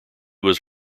was